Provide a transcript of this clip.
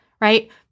right